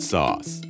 Sauce